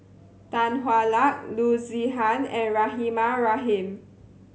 Tan Hwa Luck Loo Zihan and Rahimah Rahim